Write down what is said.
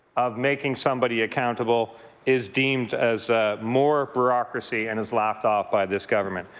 of making somebody accountable is deemed as more bureaucracy and is laughed off by this government.